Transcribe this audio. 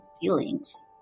feelings